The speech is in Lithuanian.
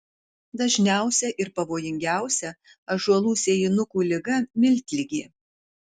dažniausia ir pavojingiausia ąžuolų sėjinukų liga miltligė